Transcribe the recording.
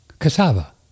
Cassava